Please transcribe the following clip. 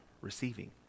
receiving